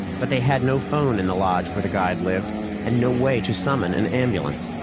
but they had no phone in the lodge where the guide lived and no way to summon an ambulance.